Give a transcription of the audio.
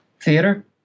Theater